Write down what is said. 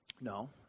no